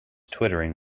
twittering